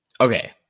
Okay